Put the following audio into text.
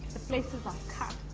places i cut